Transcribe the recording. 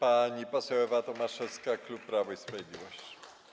Pani poseł Ewa Tomaszewska, klub Prawo i Sprawiedliwość.